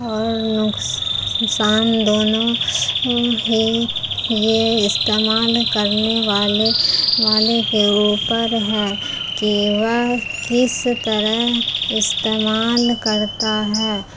اور نقسان دونوں ہی یہ استعمال کرنے والے والے کے اوپر ہے کہ وہ کس طرح استعمال کرتا ہے